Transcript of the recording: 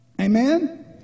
Amen